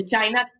China